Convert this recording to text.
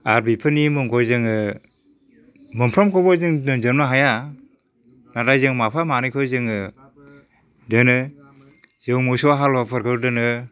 आरो बेफोरनि मुंखौ जोङो मोनफ्रोमखौबो जों दोनजोबनो हाया नाथाय जों माफा मानैखौ जोङो दोनो जों मोसौ हालुवाफोरखौ दोनो